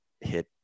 hit